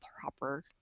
proper